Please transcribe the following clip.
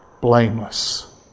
blameless